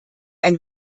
ein